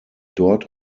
dort